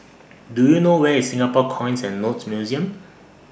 Do YOU know Where IS Singapore Coins and Notes Museum